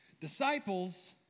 Disciples